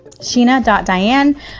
Sheena.diane